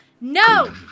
No